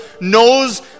knows